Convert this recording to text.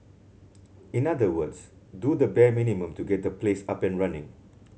in other words do the bare minimum to get the place up and running